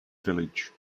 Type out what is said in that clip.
village